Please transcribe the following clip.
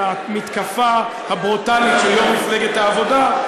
המתקפה הברוטלית של יו"ר מפלגת העבודה,